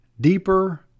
deeper